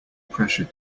pressure